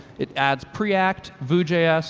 it adds preact, vuejs,